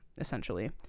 essentially